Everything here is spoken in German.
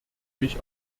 mich